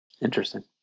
Interesting